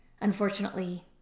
Unfortunately